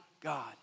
God